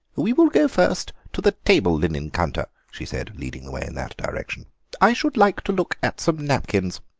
we will go first to the table-linen counter, she said, leading the way in that direction i should like to look at some napkins.